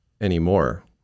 anymore